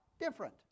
different